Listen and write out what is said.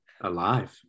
alive